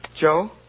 Joe